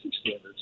standards